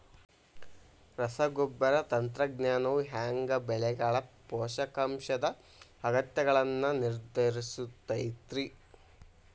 ರಸಗೊಬ್ಬರ ತಂತ್ರಜ್ಞಾನವು ಹ್ಯಾಂಗ ಬೆಳೆಗಳ ಪೋಷಕಾಂಶದ ಅಗತ್ಯಗಳನ್ನ ನಿರ್ಧರಿಸುತೈತ್ರಿ?